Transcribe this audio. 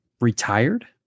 retired